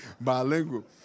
Bilingual